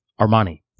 Armani